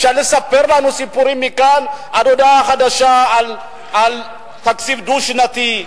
אפשר לספר לנו סיפורים מכאן ועד הודעה חדשה על תקציב דו-שנתי.